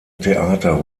theater